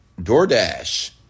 DoorDash